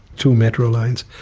two metro lines,